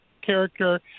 character